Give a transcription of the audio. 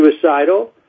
suicidal